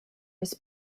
his